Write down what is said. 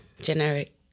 generic